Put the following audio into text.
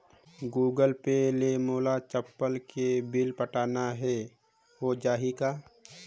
Google Pay ले मोल चपला के बिल पटाना हे, हो जाही का?